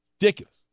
Ridiculous